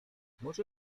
może